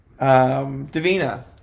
Davina